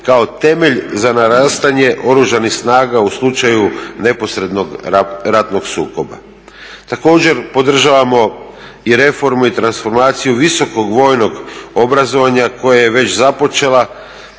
kao temelj za narastanje Oružanih snaga u slučaju neposrednog ratnog sukoba. Također podržavamo i reformu i transformaciju visokog vojnog obrazovanja koje je već započela